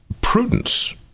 prudence